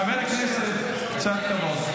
חבר הכנסת, קצת כבוד.